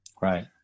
Right